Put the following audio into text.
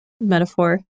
metaphor